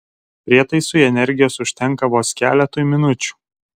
prietaisui energijos užtenka vos keletui minučių